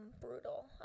brutal